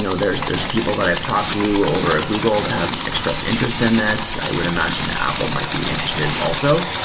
you know there's there's people that i've talked to over at ah google that have expressed interest in this. i would imagine that apple might be interested also.